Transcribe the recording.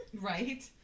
Right